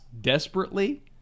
desperately